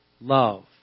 love